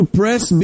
press